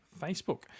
Facebook